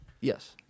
Yes